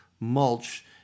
mulch